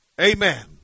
Amen